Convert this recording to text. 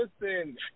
listen